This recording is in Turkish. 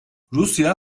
rusya